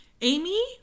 Amy